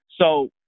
So-